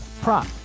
prop